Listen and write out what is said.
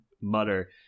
mutter